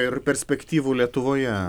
ir perspektyvų lietuvoje